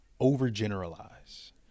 overgeneralize